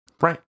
Right